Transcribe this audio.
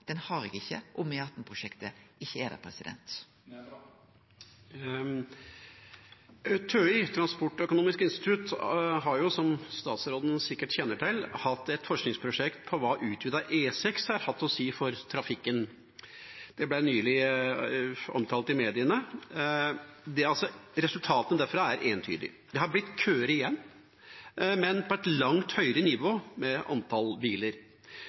har eg ikkje om E18-prosjektet ikkje er der. TØI, Transportøkonomisk institutt, har, som statsråden sikkert kjenner til, hatt et forskningsprosjekt om hva utvidet E6 har hatt å si for trafikken. Det ble nylig omtalt i media. Resultatene derfra er entydige. Det er blitt køer igjen, men på et langt høyere nivå med antall biler.